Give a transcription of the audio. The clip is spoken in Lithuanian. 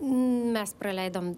mes praleidom